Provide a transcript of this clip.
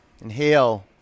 Inhale